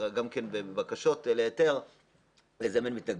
אלא גם בבקשות להיתר לזמן מתנגדים,